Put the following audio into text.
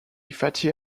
fatty